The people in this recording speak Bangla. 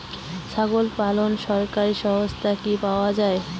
ছাগল পালনে সরকারি সহায়তা কি পাওয়া যায়?